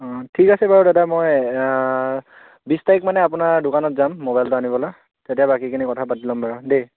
অ' ঠিক আছে বাৰু দাদা মই বিশ তাৰিখ মানে আপোনাৰ দোকানত যাম মোবাইলটো আনিবলৈ তেতিয়া বাকীখিনি কথা পাতি ল'ম বাৰু দেই